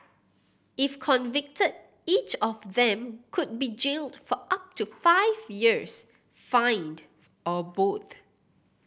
if convicted each of them could be jailed for up to five years fined or both